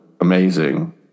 amazing